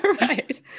Right